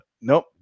nope